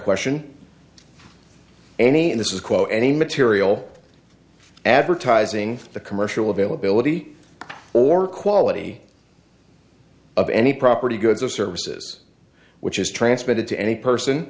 question any of this is quote any material advertising the commercial availability or quality of any property goods or services which is transmitted to any person